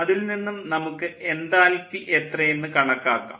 അതിൽ നിന്നും നമുക്ക് എൻതാൽപ്പി എത്രയെന്ന് കണക്കാക്കാം